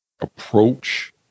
approach